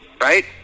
right